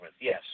yes